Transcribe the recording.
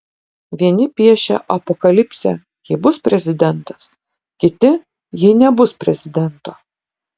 vieni piešia apokalipsę jei bus prezidentas kiti jei nebus prezidento